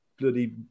bloody